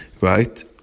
Right